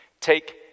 Take